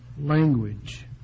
language